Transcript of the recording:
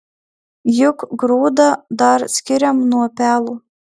juk grūdą dar skiriam nuo pelo